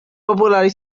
popular